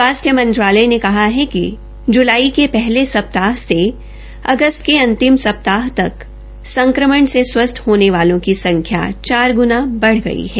स्वास्थ्य मंत्रालय ने कहा है कि जुलाई के पहले सप्ताह से अगस्त के अंतिम सप्ताह कि संक्रमण से स्वस्थ होने वाले की संख्या चार ग्रणा बढ़ गई है